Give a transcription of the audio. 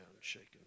shaken